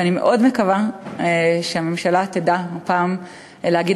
ואני מאוד מקווה שהממשלה תדע הפעם להגיד